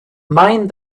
mind